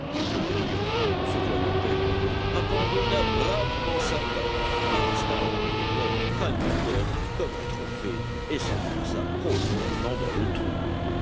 le grillon se voyant perdu abandonna bravement sa patte qui resta entre les doigts de pragmater comme un trophée et s'enfonça profondément dans le trou